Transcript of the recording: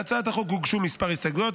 להצעת החוק הוגשו כמה הסתייגויות.